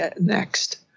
next